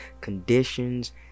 conditions